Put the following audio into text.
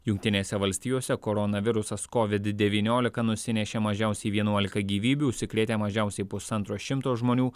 jungtinėse valstijose koronavirusas covid devyniolika nusinešė mažiausiai vienuolika gyvybių užsikrėtę mažiausiai pusantro šimto žmonių